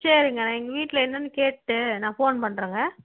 சரிங்க நான் எங்கள் வீட்டில என்னன்னு கேட்டுட்டு நான் ஃபோன் பண்ணுறேங்க